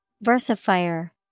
Versifier